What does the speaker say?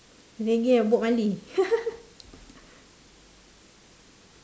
reggae bob-marley